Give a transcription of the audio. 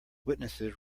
witnesses